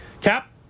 Cap